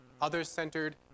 others-centered